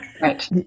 Right